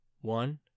One